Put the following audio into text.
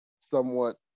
somewhat